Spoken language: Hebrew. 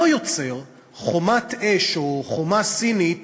לא יוצר חומת אש או חומה סינית